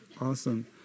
Awesome